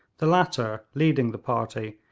the latter, leading the party,